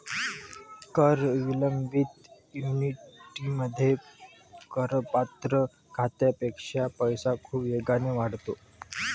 कर विलंबित ऍन्युइटीमध्ये, करपात्र खात्यापेक्षा पैसा खूप वेगाने वाढतो